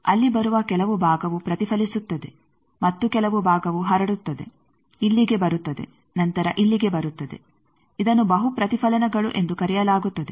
ಅಲ್ಲಿ ಬರುವ ಕೆಲವು ಭಾಗವು ಪ್ರತಿಫಲಿಸುತ್ತದೆ ಮತ್ತು ಕೆಲವು ಭಾಗವು ಹರಡುತ್ತದೆ ಇಲ್ಲಿಗೆ ಬರುತ್ತದೆ ನಂತರ ಇಲ್ಲಿಗೆ ಬರುತ್ತದೆ ಇದನ್ನು ಬಹು ಪ್ರತಿಫಲನಗಳು ಎಂದು ಕರೆಯಲಾಗುತ್ತದೆ